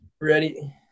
Ready